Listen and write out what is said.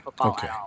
Okay